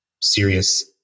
serious